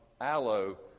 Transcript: aloe